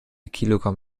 kilogramm